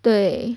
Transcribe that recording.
对